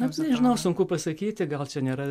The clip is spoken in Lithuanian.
net nežinau sunku pasakyti gal čia nėra